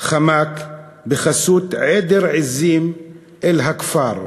חמק בחסות עדר עזים אל הכפר,